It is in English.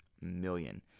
million